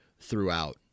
throughout